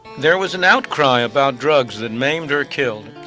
there was an outcry about drugs that maimed or killed.